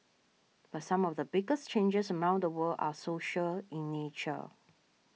but some of the biggest changes around the world are social in nature